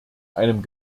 einem